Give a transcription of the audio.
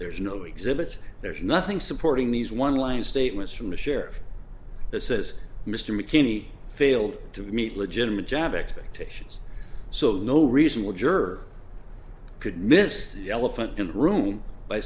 there's no exhibits there's nothing supporting these one line statements from the sheriff that says mr mckinney failed to meet legitimate job expectations so no reason would jerk could miss the elephant in the room by